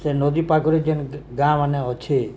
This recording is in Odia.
ସେ ନଦୀ ପାଖ୍ରେ ଯେନ୍ ଗାଁ ମାନେ ଅଛେ